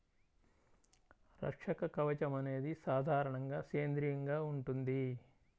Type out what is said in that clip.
రక్షక కవచం అనేది సాధారణంగా సేంద్రీయంగా ఉంటుంది